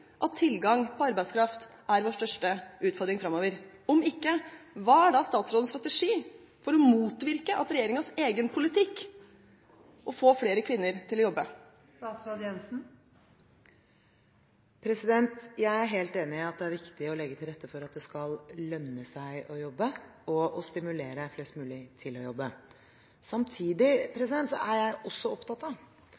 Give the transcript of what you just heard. at tilgang på arbeidskraft er vår største utfordring framover? Om ikke: Hva er da statsrådens strategi for å motvirke regjeringens egen politikk og få flere kvinner til å jobbe? Jeg er helt enig i at det er viktig å legge til rette for at det skal lønne seg å jobbe og stimulere flest mulig til å jobbe. Samtidig